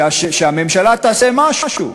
שהממשלה תעשה משהו,